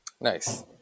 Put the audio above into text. nice